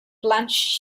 plunge